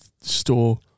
store